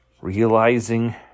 realizing